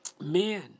man